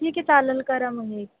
ठीक आहे चालेल करा मग एक